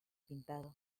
pintado